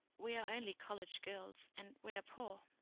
we are only college girls and we are poor.